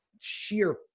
sheer